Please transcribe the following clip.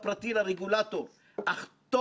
וזה על דעת כל חברי הוועדה והיועצים: